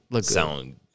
sound